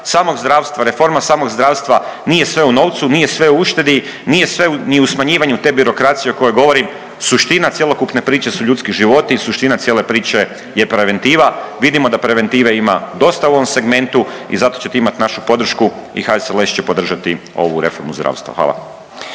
samog zdravstva, reforma samog zdravstva nije sve u novcu, nije sve u uštedi, nije sve ni u smanjivanju te birokracije o kojoj govorim. Suština cjelokupne priče su ljudski životi, suština cijele priče je preventiva. Vidimo da preventive ima dosta u ovom segmentu i zato ćete imati našu podršku i HSLS će podržati ovu reformu zdravstva. Hvala.